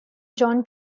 john